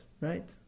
right